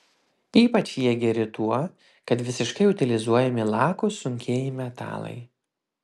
ypač jie geri tuo kad visiškai utilizuojami lakūs sunkieji metalai